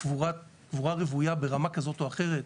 קבורה רוויה ברמה כזאת או אחרת,